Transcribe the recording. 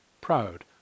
proud